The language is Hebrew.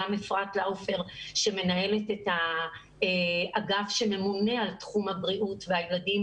גם אפרת לאופר שמנהלת את האגף שממונה על תחום הבריאות והילדים